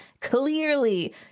clearly